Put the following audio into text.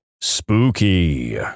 Spooky